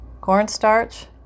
cornstarch